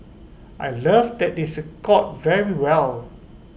I love that they scored very well